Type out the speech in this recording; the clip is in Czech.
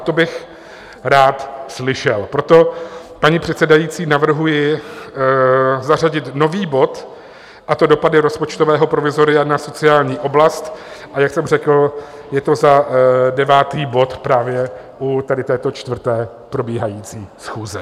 To bych rád slyšel, proto, paní předsedající, navrhuji zařadit nový bod, a to Dopady rozpočtového provizoria na sociální oblast, a jak jsem řekl, je to za 9 bod právě u tady této 4. probíhající schůze.